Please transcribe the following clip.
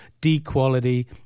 D-quality